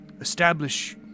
establish